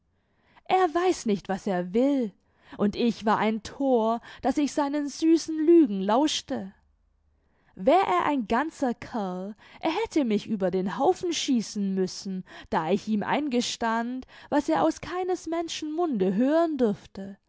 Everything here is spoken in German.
er weiß nicht was er will und ich war ein thor daß ich seinen süßen lügen lauschte wär er ein ganzer kerl er hätte mich über den haufen schießen müssen da ich ihm eingestand was er aus keines menschen munde hören dürfte